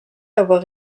avoir